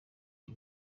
ibi